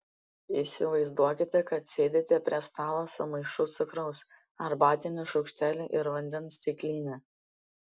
įsivaizduokite kad sėdite prie stalo su maišu cukraus arbatiniu šaukšteliu ir vandens stikline